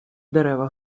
дерева